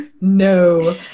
no